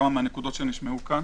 לנקודות שנשמעו פה.